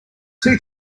two